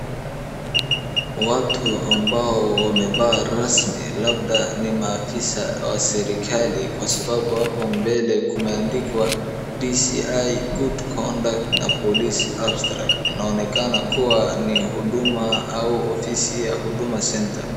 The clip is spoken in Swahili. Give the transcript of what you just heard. Watu ambao wamevaa rasmi labda nimaafisa wa serikali kwa sababu apo mbele kumeandikwa DCI, good conduct na police abstract inaonekana kua ni huduma au ofisi ya huduma centre .